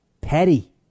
petty